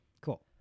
Cool